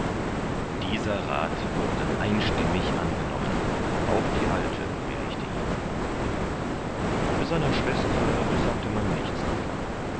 dieser rath wurde einstimmig angenommen auch die alte billigte ihn seiner schwester sagte man nichts davon